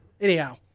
Anyhow